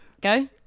Go